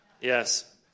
Yes